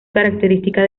característica